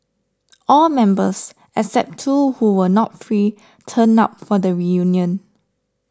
all members except two who were not free turned up for the reunion